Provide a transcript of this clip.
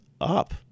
up